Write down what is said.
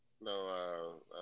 No